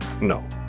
No